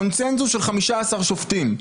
קונצנזוס של 15 שופטים.